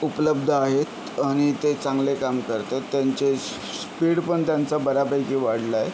उपलब्ध आहेत आणि ते चांगले काम करतात त्यांचे स्पीड पण त्यांचा बऱ्यापैकी वाढला आहे